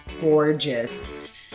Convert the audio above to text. gorgeous